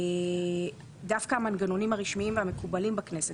דווקא המנגנונים הרשמיים והמקובלים בכנסת,